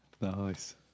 nice